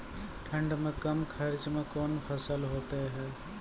ठंड मे कम खर्च मे कौन फसल होते हैं?